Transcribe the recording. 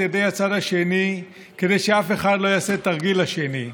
ידי הצד השני כדי שאף אחד לא יעשה תרגיל לשני,